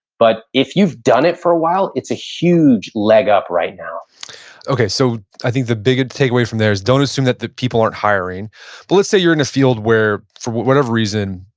but if you've done it for a while, it's a huge leg up right now okay, so i think the big takeaway from there is, don't assume that the people aren't hiring, but let's say you're in a field where for whatever reason,